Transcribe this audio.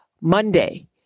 Monday